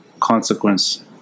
consequence